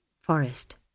forest